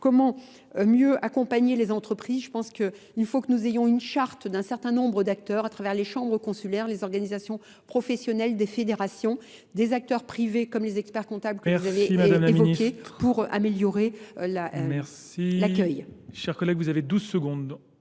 comment mieux accompagner les entreprises. Je pense qu'il faut que nous ayons une charte d'un certain nombre d'acteurs à travers les chambres consulaires, les organisations professionnelles des fédérations, des acteurs privés comme les experts comptables que vous avez évoqué pour améliorer La parole